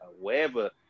wherever